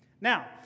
Now